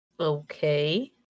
Okay